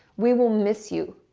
we will miss you.